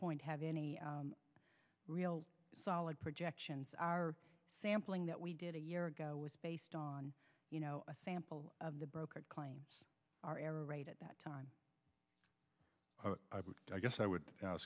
point have any real solid projections are sampling that we did a year ago it's based on you know a sample of the broker claims are error rate at that time i guess i would